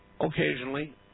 Occasionally